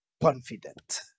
Confident